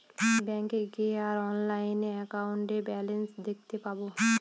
ব্যাঙ্কে গিয়ে আর অনলাইনে একাউন্টের ব্যালান্স দেখতে পাবো